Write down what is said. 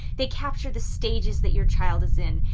they capture the stages that your child is in.